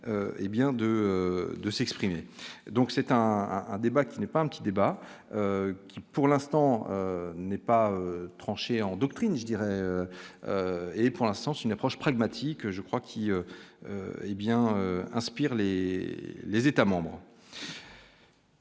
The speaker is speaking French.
de s'exprimer, donc c'est un un débat qui n'est pas un petit débat pour l'instant n'est pas tranché endoctrine je dirais et pour l'instant, c'est une approche pragmatique, je crois qu'il est bien inspire les les États-membres.